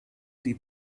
die